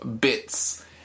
bits